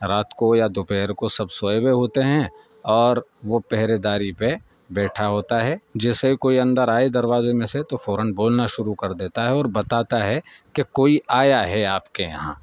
رات کو یا دوپہر کو سب سوئے ہوئے ہوتے ہیں اور وہ پہرے داری پہ بیٹھا ہوتا ہے جیسے ہی کوئی اندر آئے دروازے میں سے تو فوراً بولنا شروع کر دیتا ہے اور بتاتا ہے کہ کوئی آیا ہے آپ کے یہاں